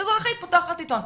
אזרחית פותחת עיתון.